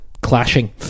Clashing